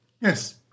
Yes